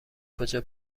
کجا